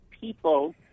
people